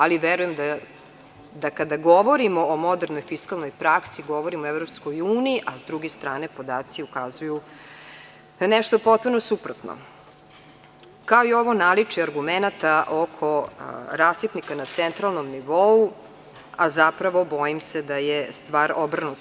Ali, verujem da kada govorimo o modernoj fiskalnoj praksi, govorimo o EU, a s druge strane, podaci ukazuju na nešto potpuno suprotno, kao i ovo naličje argumenata oko rasipnika na lokalnom nivou, a zapravo, bojim se da je stvar obrnuta.